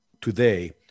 today